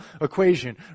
equation